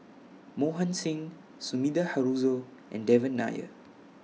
Mohan Singh Sumida Haruzo and Devan Nair